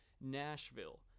Nashville